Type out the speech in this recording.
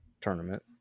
tournament